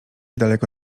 daleko